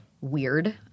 weird